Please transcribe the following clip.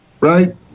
right